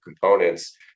components